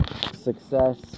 success